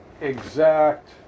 exact